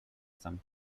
some